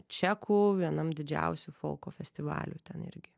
čekų vienam didžiausių folko festivalių ten irgi